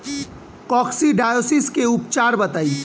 Coccidiosis के उपचार बताई?